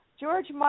George